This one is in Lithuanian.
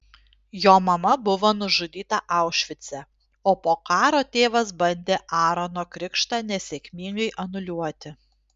jo mama buvo nužudyta aušvice o po karo tėvas bandė aarono krikštą nesėkmingai anuliuoti